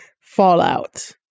fallout